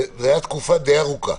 וזה היה תקופה די ארוכה.